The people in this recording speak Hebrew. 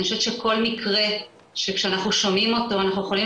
אני חושבת שכל מקרה שכשאנחנו שומעים אותו אנחנו יכולים